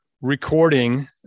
recording